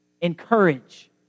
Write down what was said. Encourage